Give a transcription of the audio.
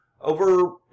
over